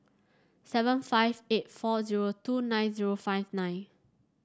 seven five eight four zero two nine zero five nine